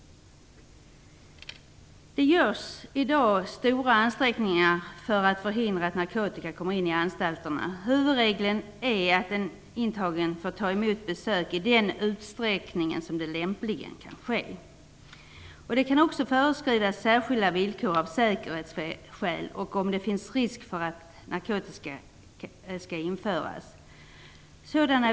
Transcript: Det görs i dag stora ansträngningar för att förhindra att narkotika kommer in på anstalterna. Huvudregeln är att en intagen får ta emot besök i den utsträckning som detta lämpligen kan ske. Det kan också föreskrivas särskilda villkor av säkerhetsskäl och om det finns risk för att narkotika införs.